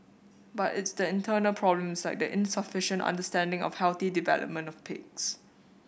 but it's the internal problems like insufficient understanding of healthy development of pigs